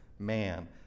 Man